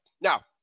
Now